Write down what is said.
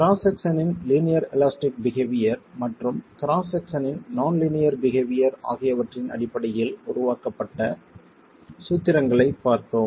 cross செக்சனின் linear elastic behaviour மற்றும் cross செக்சனின் நான் லீனியர் பிஹெவியர் ஆகியவற்றின் அடிப்படையில் உருவாக்கப்பட்ட சூத்திரங்களைப் பார்த்தோம்